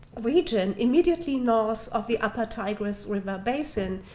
region immediately north of the upper tigris river basin,